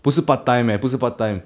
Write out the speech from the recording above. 不是 part time leh 不是 part time